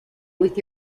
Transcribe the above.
with